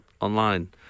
online